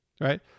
right